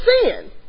sin